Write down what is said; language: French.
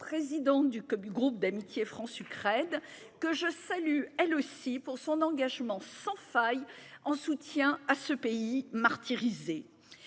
président du club du groupe d'amitié France-Ukraine, que je salue, elle aussi pour son engagement sans faille en soutien à ce pays martyrisé.